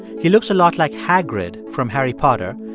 he looks a lot like hagrid from harry potter,